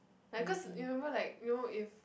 like cause you remember like you know if